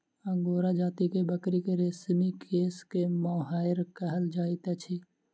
angora जाति के बकरी के रेशमी केश के मोहैर कहल जाइत अछि